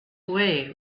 away